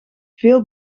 veel